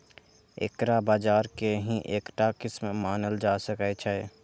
एकरा बाजार के ही एकटा किस्म मानल जा सकै छै